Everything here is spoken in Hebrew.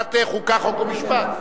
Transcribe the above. לוועדת החוקה, חוק ומשפט.